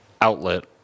outlet